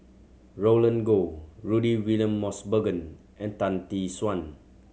Roland Goh Rudy William Mosbergen and Tan Tee Suan